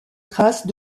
traces